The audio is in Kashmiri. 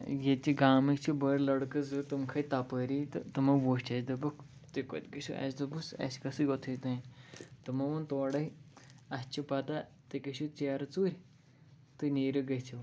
ییٚتہِ گامٕکۍ چھِ بٔڑۍ لٔڑکہٕ زٕ تٕم کھٔتۍ تَپٲری تہٕ تِمو وُچھ اَسہِ دوٚپُکھ تُہۍ کوٚت گٔژھِو اَسہِ دوٚپُس اَسہِ گژھو یُتھُے تانۍ تٕمو ووٚن تورے اَسہِ چھِ پَتہ تُہۍ گٔژھِو ژیرٕ ژوٗرِ تہٕ نیٖرِو گٔژھِو